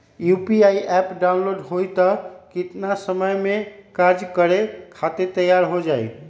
UPI app download होई त कितना समय मे कार्य करे खातीर तैयार हो जाई?